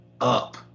up